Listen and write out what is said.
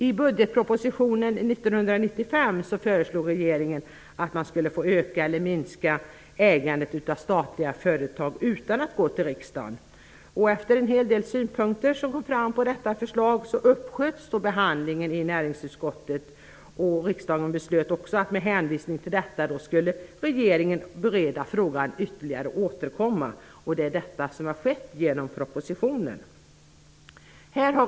I budgetpropositionen 1995 föreslog regeringen att den skulle få öka eller minska ägandet av statliga företag utan att gå till riksdagen. Efter det att en hel del synpunkter hade framförts på detta förslag uppsköts behandlingen i näringsutskottet, och riksdagen beslutade också med hänvisning till detta att regeringen skulle bereda frågan ytterligare och återkomma, och det är detta som nu har skett genom propositionen.